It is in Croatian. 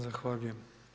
Zahvaljujem.